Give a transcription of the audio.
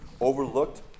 overlooked